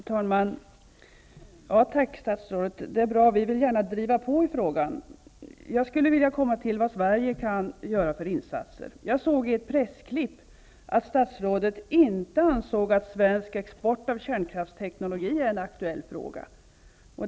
Herr talman! Tack, statsrådet! Det är bra -- vi vill gärna driva på i frågan. Jag skulle vilja komma till vilka insatser Sverige kan göra. Jag såg i ett pressklipp att statsrådet inte ansåg att svensk export av kärnkraftsteknologi är en aktuell fråga.